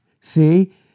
See